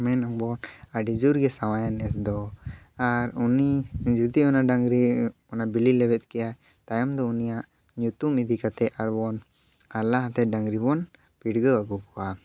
ᱢᱮᱱᱟᱵᱚ ᱟᱹᱰᱤ ᱡᱳᱨᱜᱮ ᱥᱟᱶᱟᱭᱟ ᱱᱮᱥ ᱫᱚ ᱟᱨ ᱩᱱᱤ ᱡᱩᱫᱤ ᱚᱱᱟ ᱰᱟᱹᱝᱨᱤ ᱚᱱᱟ ᱵᱤᱞᱤ ᱞᱮᱵᱮᱫ ᱠᱮᱜᱼᱟᱭ ᱛᱟᱭᱚᱢ ᱫᱚ ᱩᱱᱤᱭᱟᱜ ᱧᱚᱛᱩᱢ ᱤᱫᱤ ᱠᱟᱛᱮ ᱟᱵᱚ ᱵᱚᱱ ᱦᱟᱞᱞᱟ ᱟᱛᱮ ᱰᱟᱹᱝᱨᱤ ᱵᱚᱱ ᱯᱤᱰᱜᱟᱹᱣ ᱟᱹᱜᱩ ᱠᱚᱣᱟ